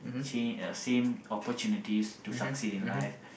same uh same opportunities to succeed in life